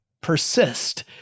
persist